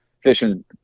fishing